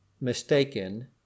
mistaken